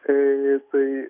tai tai